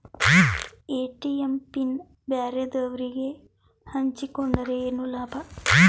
ATM pin ಬ್ಯಾರೆದವರಗೆ ಹಂಚಿಕೊಂಡರೆ ಏನು ಲಾಭ?